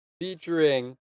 Featuring